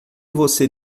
você